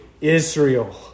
Israel